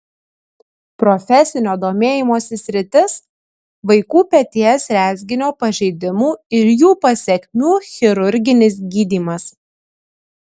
profesinio domėjimosi sritis vaikų peties rezginio pažeidimų ir jų pasekmių chirurginis gydymas